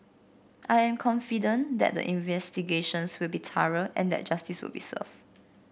I am confident that the investigations will be thorough and that justice will be served